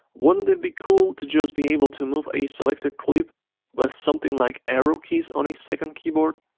wouldn't it be cool to just be able to move a selected clip with something like arrow keys on a second keyboard?